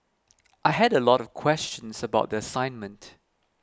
I had a lot of questions about the assignment